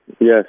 Yes